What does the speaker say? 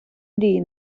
мрії